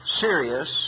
serious